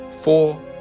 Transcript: four